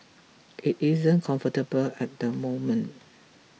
it isn't comfortable at the moment